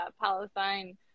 Palestine